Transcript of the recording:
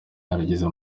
yaragize